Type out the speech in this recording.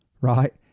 right